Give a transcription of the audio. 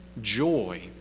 joy